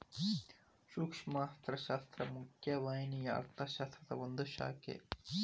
ಸೂಕ್ಷ್ಮ ಅರ್ಥಶಾಸ್ತ್ರ ಮುಖ್ಯ ವಾಹಿನಿಯ ಅರ್ಥಶಾಸ್ತ್ರದ ಒಂದ್ ಶಾಖೆ